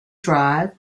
drive